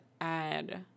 add